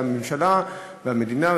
והממשלה והמדינה,